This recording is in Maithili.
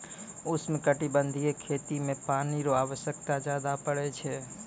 उष्णकटिबंधीय खेती मे पानी रो आवश्यकता ज्यादा पड़ै छै